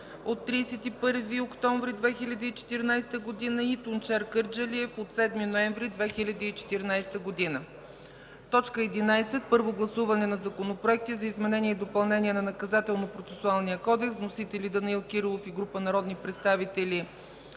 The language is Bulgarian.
на 31 октомври 2014 г. и Тунчер Кърджалиев на 7 ноември 2014 г. 11. Първо гласуване на законопроекти за изменение и допълнение на Наказателно-процесуалния кодекс. Вносители – Данаил Кирилов и група народни представители